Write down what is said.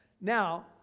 Now